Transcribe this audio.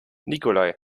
nikolai